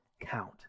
count